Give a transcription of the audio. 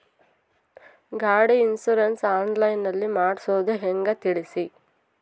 ಗಾಡಿ insurance online ನಲ್ಲಿ ಮಾಡ್ಸೋದು ಹೆಂಗ ತಿಳಿಸಿ?